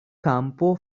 campo